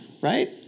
right